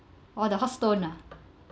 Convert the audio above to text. oh the hot stone ah